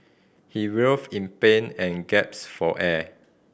he writhed in pain and gaps for air